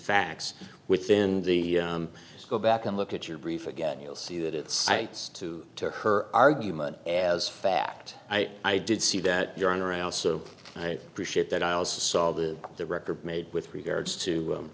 facts within the go back and look at your brief again you'll see that it's cites to to her argument as fact i did see that your own around so i appreciate that i also saw the the record made with regards to